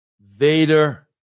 Vader